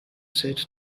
said